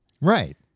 Right